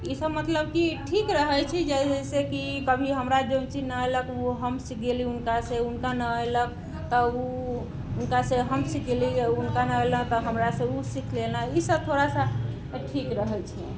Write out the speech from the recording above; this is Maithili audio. ई सब मतलब कि ठीक रहै छै जैसे कि कभी हमरा जौन चीज नहि एलक हमसे गेली हुनकासँ हुनका नहि एलक तऽ उ हुनकासे हम सीखेली हुनका नहि एलक तऽ हमरासँ उ सीख लेलनि ई सब थोड़ा सा ठीक रहै छै